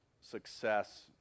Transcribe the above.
success